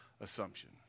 assumption